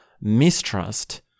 mistrust